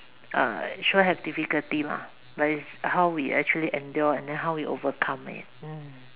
uh sure have difficulty lah but it's how we actually endure and how we overcome it mm